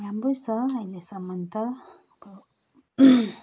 राम्रो छ अहिलेसम्म त अब